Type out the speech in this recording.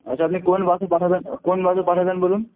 আচ্ছা আপনি কোন বাসে পাঠাবেন কোন বাসে পাঠাবেন বলুন